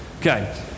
okay